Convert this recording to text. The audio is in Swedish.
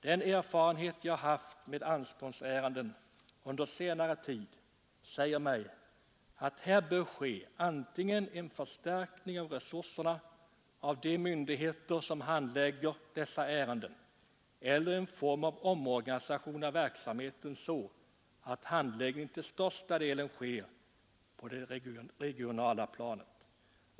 Den erfarenhet jag haft av anståndsärenden under senare tid säger mig att här bör ske antingen en förstärkning av resurserna hos de myndigheter som handlägger dessa ärenden eller en form av omorganisation av verksamheten, så att handläggningen till största delen sker på det regionala planet.